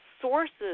sources